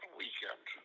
weekend